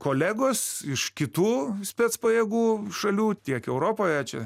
kolegos iš kitų spec pajėgų šalių tiek europoje čia